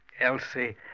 Elsie